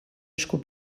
esku